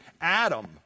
Adam